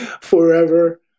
forever